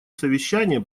совещания